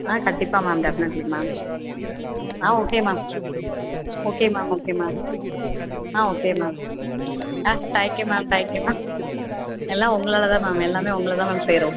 ஆ கண்டிப்பாக ma'am definitely ma'am ஆ okay ma'am okay ma'am okay ma'am ஆ ஓகே மேம் ஆ தேங்க்யூ மேம் தேங்க்யூ மேம் எல்லா உங்களால் தான் மேம் எல்லாம் உங்களை தான் மேம் சேரும்